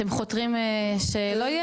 אתם חותרים לכך שלא יהיה?